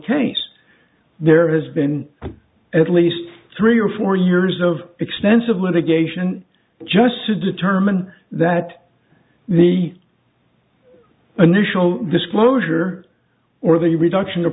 case there has been at least three or four years of extensive litigation just to determine that the initial disclosure or the reduction